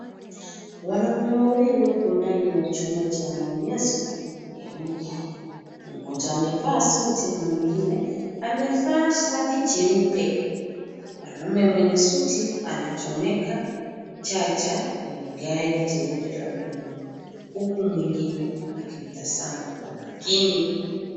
Wanaume wawili wako ndani ya chumba cha maonyesho ya magari. Mmoja amevaa suti na mwingine amevaa shati jeupe. Mwanaume mwenye suti anachomeka charger kwenye gari jeupe la umeme, huku mwingine akimtazama kwa makini.